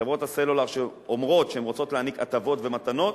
חברות הסלולר שאומרות שהן רוצות להעניק הטבות ומתנות,